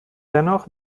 dennoch